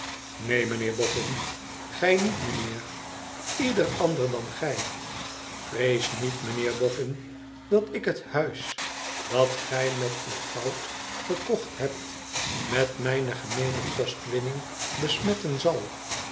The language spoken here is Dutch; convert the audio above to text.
gij niet meneer ieder ander dan gij vrees niet meneer boffin dat ik het huis dat gij met uw goud gekocht hebt met mijne gemeene kostwinning besmetten zal